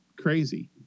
crazy